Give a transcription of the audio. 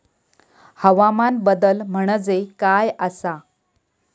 हवामान बदल म्हणजे काय आसा?